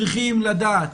צריכים לדעת,